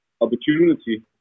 opportunity